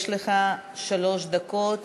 יש לך שלוש דקות